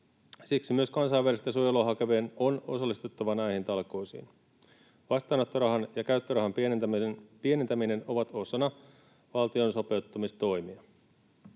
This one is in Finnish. Siksi myös kansainvälistä suojelua hakevien on osallistuttava näihin talkoisiin. Vastaanottorahan ja käyttörahan pienentäminen ovat osana valtion sopeuttamistoimia.